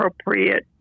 appropriate